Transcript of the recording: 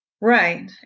Right